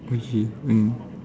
okay mm